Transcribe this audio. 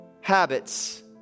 habits